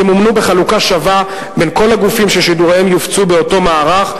ימומנו בחלוקה שווה בין כל הגופים ששידוריהם יופצו באותו מערך,